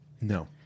No